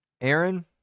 Aaron